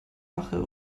wache